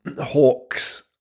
hawks